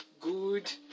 good